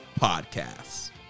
podcasts